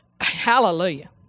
hallelujah